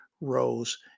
rose